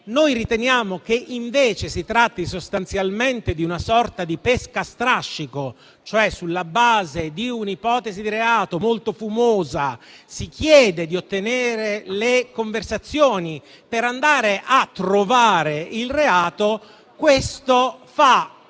egli ritiene che invece si tratti sostanzialmente di una sorta di pesca a strascico. In sostanza, sulla base di un'ipotesi di reato molto fumosa, si chiede di ottenere le conversazioni per andare a trovare il reato; questo fa